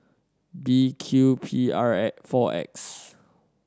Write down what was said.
B Q P R four X